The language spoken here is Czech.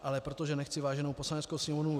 Ale protože nechci váženou Poslaneckou sněmovnu